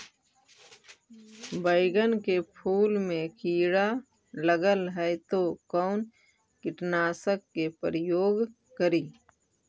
बैगन के फुल मे कीड़ा लगल है तो कौन कीटनाशक के प्रयोग करि?